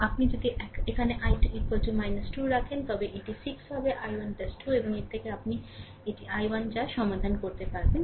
আপনি যদি এখানে i2 2 রাখেন তবে এটি 6 হবে i1 2 এবং এর থেকে আপনি এটি i1 যা সমাধান করতে পারেন